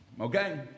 Okay